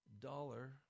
dollar